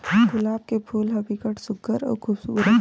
गुलाब के फूल ह बिकट सुग्घर अउ खुबसूरत होथे